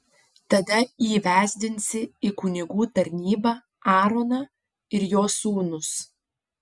tada įvesdinsi į kunigų tarnybą aaroną ir jo sūnus